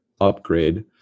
upgrade